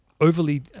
overly